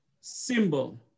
symbol